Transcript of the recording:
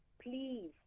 Please